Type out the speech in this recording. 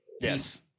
Yes